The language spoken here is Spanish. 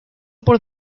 por